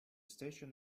station